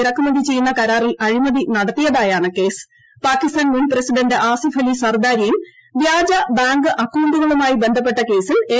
ഇറക്കുമിൽ ചെയ്യുന്ന കരാറിൽ അഴിമതി നടത്തിയതായാണ് കേസ്ക്ക് പാകിസ്ഥാൻ മുൻപ്രസിഡന്റ് ആസിഫ് അലി സർദാരിയും വ്യാജ് ബാങ്ക് അക്കൌണ്ടുകളുമായി ബന്ധപ്പെട്ട കേസിൽ എൻ